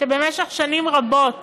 שבמשך שנים רבות